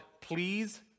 please